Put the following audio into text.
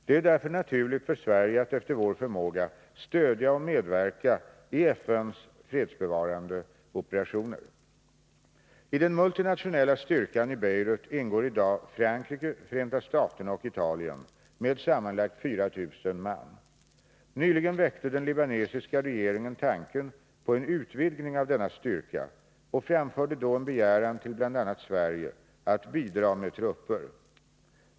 Det är därför naturligt för Sverige att efter vår förmåga stödja och medverka i FN:s fredsbevarande operationer. I den multinationella styrkan i Beirut ingår i dag Frankrike, Förenta staterna och Italien med sammanlagt 4000 man. Nyligen väckte den libanesiska regeringen tanken på en utvidgning av denna styrka och framförde då en begäran till bl.a. Sverige att bidra med trupper.